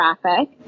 traffic